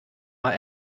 mal